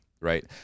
right